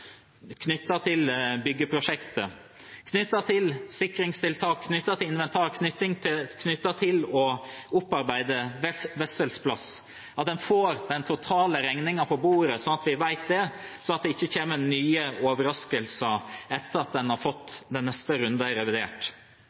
til byggeprosjektet – knyttet til sikringstiltak, knyttet til inventar og knyttet til å opparbeide Wessels plass. Vi må få den totale regningen på bordet, slik at vi vet det, så det ikke kommer nye overraskelser etter at en har fått den neste runden, i revidert.